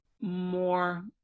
more